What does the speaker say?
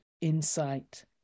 insight